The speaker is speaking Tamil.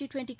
டுவெண்டி